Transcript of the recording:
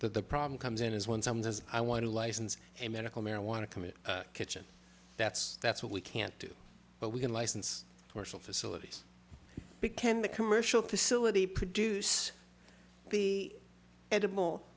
but the problem comes in is when someone says i want to license a medical marijuana commit kitchen that's that's what we can't do but we can license or sell facilities became the commercial facility produce edible